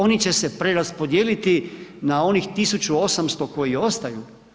Oni će se preraspodijeliti na onih 1800 koji ostaju?